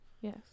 Yes